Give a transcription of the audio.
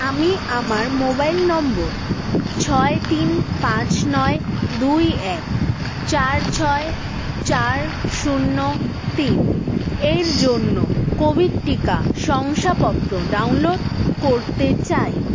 আমি আমার mobile number ছয় তিন পাঁচ নয় দুই এক চার ছয় চার শূন্য তিন এর জন্য কোভিড টিকা শংসাপত্র ডাউনলোড করতে চাই